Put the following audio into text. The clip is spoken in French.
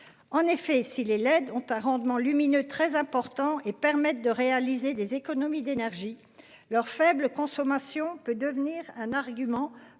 En effet, si les leds ont un rendement lumineux très important et permettent de réaliser des économies d'énergie, leur faible consommation peut devenir un argument